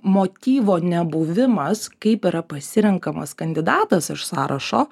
motyvo nebuvimas kaip yra pasirenkamas kandidatas iš sąrašo